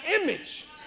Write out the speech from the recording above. image